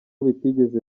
bitigeze